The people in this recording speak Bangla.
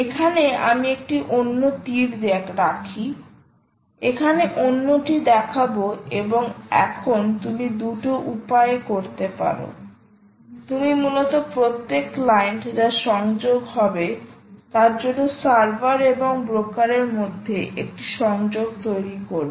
এখানে আমি একটি অন্য তীর রাখি এখানে অন্যটিকে দেখাবো এবং এখন তুমি দুটো উপায়ে করতে পারো তুমি মূলত প্রত্যেক ক্লায়েন্ট যা সংযোগ হবে তার জন্য সার্ভার এবং ব্রোকারের মধ্যে একটি সংযোগ তৈরি করবে